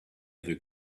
other